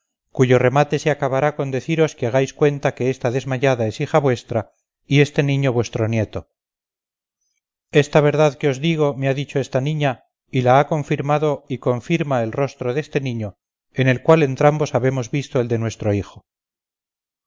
cuyo remate se acabará con deciros que hagáis cuenta que esta desmayada es hija vuestra y este niño vuestro nieto esta verdad que os digo me ha dicho esta niña y la ha confirmado y confirma el rostro deste niño en el cual entrambos habemos visto el de nuestro hijo